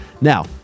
Now